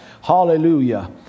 hallelujah